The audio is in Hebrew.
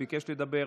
ביקש לדבר.